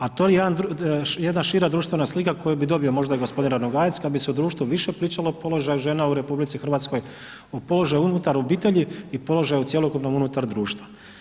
A to je jedna šira društvena slika koju bi dobio možda gospodin Ranogajac kada bi se u društvu više pričalo o položaju žena u Republici Hrvatskoj o položaju unutar obitelji i položaju cjelokupnom unutar društva.